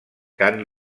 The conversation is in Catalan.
cant